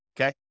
okay